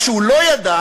מה שהוא לא ידע